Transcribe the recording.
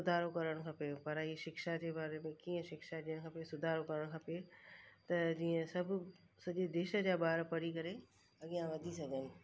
सुधारो करणु खपे पढ़ाई शिक्षा जे बारे में कीअं शिक्षा ॾियणु खपे सुधारो करणु खपे त जीअं सभु सॼे देश जा ॿार पढ़ी करे अॻियां वधी सघनि